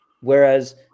Whereas